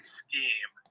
scheme